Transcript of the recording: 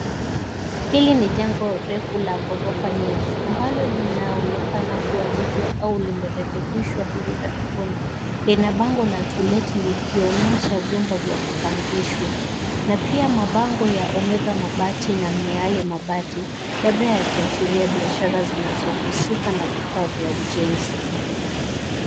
Hili ni jengo refu la gorofa nyingi ambalo linaonekana kuwa jipya au limerekebishwa hivi karibuni. Lina bango la To Let likionyesha vyumba vya kupangishwa. Na pia mabango ya Omega Mabati na Miale Mabati labda yakiashiria biashara zinazohusika na vifaa vya ujenzi.